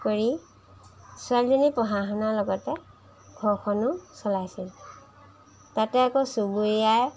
কৰি ছোৱালীজনী পঢ়া শুনাৰ লগতে ঘৰখনো চলাইছিল তাতে আকৌ চুবুৰীয়াৰ